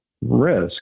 risk